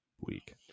week